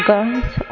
God